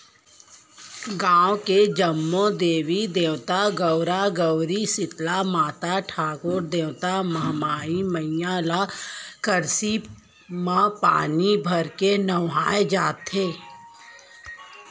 गाँव के जम्मो देवी देवता, गउरा गउरी, सीतला माता, ठाकुर देवता, महामाई मईया ल नवा करसी म पानी भरके नहुवाए जाथे